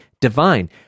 divine